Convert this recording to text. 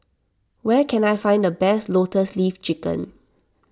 where can I find the best Lotus Leaf Chicken